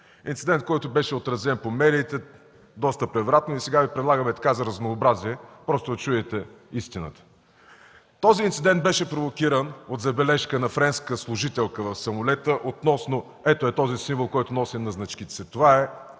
инцидент, който беше отразен по медиите доста превратно и сега Ви предлагаме така, за разнообразие, просто да чуете истината. Този инцидент беше провокиран от забележка на френска служителка в самолета относно ето ей този символ, който носим на значките си. Това е